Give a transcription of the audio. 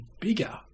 bigger